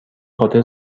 خاطر